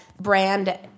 brand